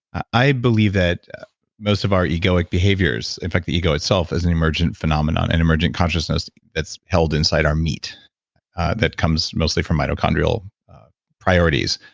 i believe that most of our egoic behaviors. in fact, the ego itself is an emergent phenomenon and emergent consciousness it's held inside our meat that comes mostly from mitochondrial priorities.